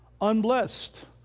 Unblessed